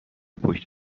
پشت